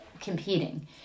competing